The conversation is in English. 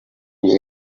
years